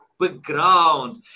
background